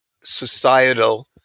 societal